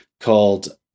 called